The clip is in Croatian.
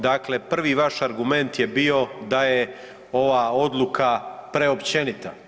Dakle, prvi vaš argument je bio da je ova odluka preopćenita.